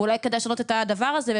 אולי כדאי לשנות את הדבר הזה,